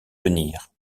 venir